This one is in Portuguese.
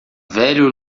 velho